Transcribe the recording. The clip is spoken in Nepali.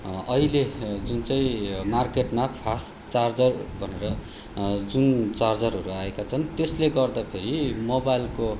अहिले जुन चाहिँ मार्केटमा फास्ट चार्जर भनेर जुन चार्जरहरू आएका छन् त्यसले गर्दाखेरि मोबाइलको